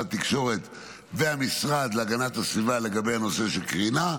התקשורת והמשרד להגנת הסביבה לגבי הנושא של קרינה.